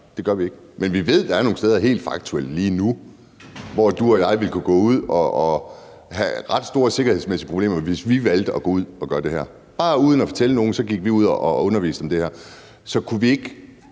det gør vi ikke. Men vi ved helt faktuelt, at der er nogle steder lige nu, hvor du og jeg ville kunne gå ud og have ret store sikkerhedsmæssige problemer, hvis vi valgte at gøre det her – altså, hvis vi uden at fortælle nogen om det bare gik ud og underviste i det her. Så kunne vi ikke